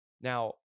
Now